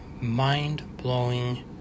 mind-blowing